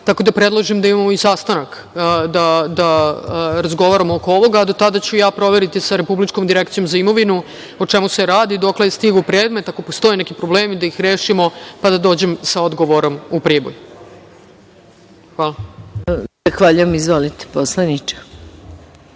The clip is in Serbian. tako da predlažem da imamo i sastanak, da razgovaramo oko ovoga, a do tada ću ja proveriti sa Republičkom direkcijom za imovinom o čemu se radi, dokle je stigao predmet. Ako postoje neki problemi, da ih rešimo, pa da dođem sa odgovorom u Priboj. Hvala. **Maja Gojković**